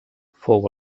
fou